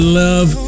love